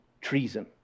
treason